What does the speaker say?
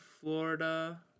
Florida